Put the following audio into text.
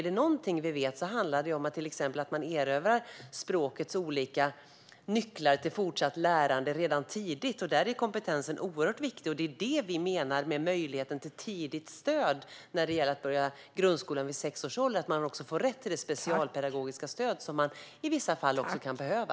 Något som vi vet är att man till exempel erövrar språkets olika nycklar till fortsatt lärande redan tidigt. Där är kompetensen oerhört viktig. Det är det som vi menar med möjligheten till tidigt stöd när man börjar grundskolan vid sex års ålder, alltså att man också får rätt till det specialpedagogiska stöd som man i vissa fall kan behöva.